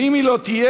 ואם היא לא תהיה,